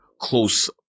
close